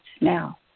now